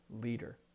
leader